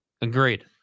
Agreed